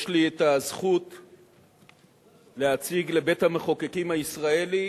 יש לי הזכות להציג לבית-המחוקקים הישראלי